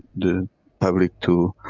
the public to,